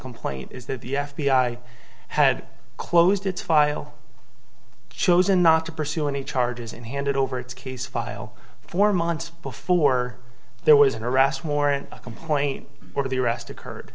complaint is that the f b i had closed its file chosen not to pursue any charges and handed over its case file four months before there was an arrest warrant a complaint or the arrest occurred